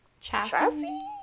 Chassis